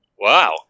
Wow